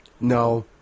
No